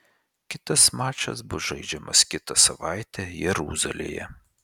kitas mačas bus žaidžiamas kitą savaitę jeruzalėje